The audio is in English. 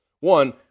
One